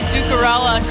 Zuccarello